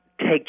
take